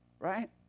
right